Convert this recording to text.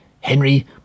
Henry